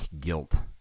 guilt